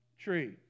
tree